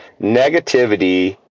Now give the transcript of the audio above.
negativity